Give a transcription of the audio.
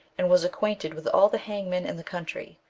and was acquainted with all the hangmen in the country,